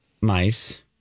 mice